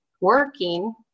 working